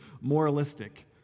moralistic